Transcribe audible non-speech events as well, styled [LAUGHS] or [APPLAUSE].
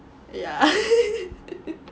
yeah [LAUGHS]